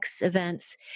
events